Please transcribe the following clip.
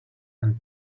and